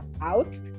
out